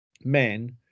men